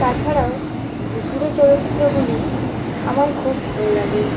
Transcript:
তাছাড়াও ভুতুড়ে চলচ্চিত্রগুলি আমার খুব ভালো লাগে